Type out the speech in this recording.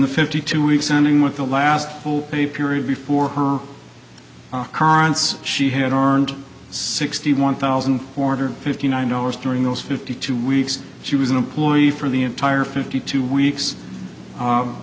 the fifty two week sending with the last full pay period before her currents she had armed sixty one thousand four hundred fifty nine dollars during those fifty two weeks she was an employee for the entire fifty two weeks